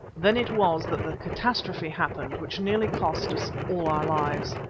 then it was that the catastrophe happened which nearly cost us all our lives.